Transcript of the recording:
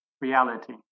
reality